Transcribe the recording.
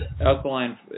alkaline